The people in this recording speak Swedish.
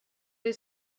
dig